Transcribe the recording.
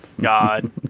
God